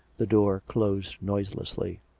the door closed noiselessly.